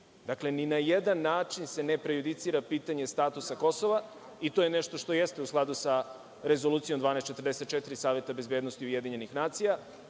Dakle, ni na jedan način se ne prejudicira pitanje statusa Kosova, i to je nešto što jeste u skladu sa Rezolucijom 1244 Saveta bezbednosti UN. Kosovo je,